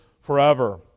forever